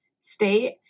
state